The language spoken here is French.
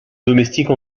domestiques